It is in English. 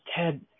Ted